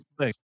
Thanks